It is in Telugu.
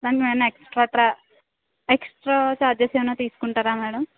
మ్యామ్ ఏమైనా extra extra extra charges ఏమైనా తీసుకుంటారా మేడం